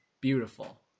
beautiful